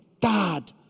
dad